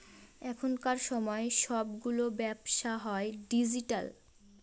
এখনকার সময় সবগুলো ব্যবসা হয় ডিজিটাল